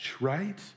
right